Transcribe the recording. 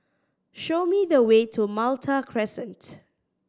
show me the way to Malta Crescent